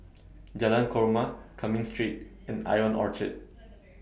Jalan Korma Cumming Street and Ion Orchard